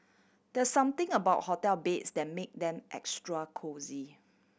there something about hotel beds that make them extra cosy